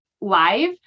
live